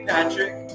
Patrick